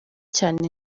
cyane